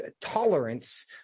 tolerance